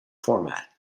format